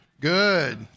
good